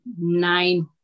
nine